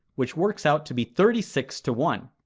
which works out to be thirty six to one,